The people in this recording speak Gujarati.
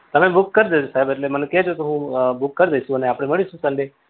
તમે બૂક કરી દેજો સાહેબ એટલે મને કહેજો તો હું બૂક કરી દઇશું અને આપણે મળીશું સન્ડે